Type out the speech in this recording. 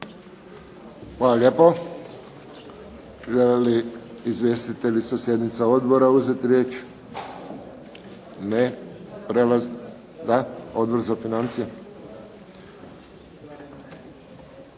Hvala lijepo. Žele li izvjestitelji sa sjednica odbora uzeti riječ? Ne. Da. Odbor za financije.